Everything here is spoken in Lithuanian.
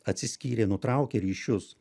atsiskyrė nutraukė ryšius